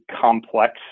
complex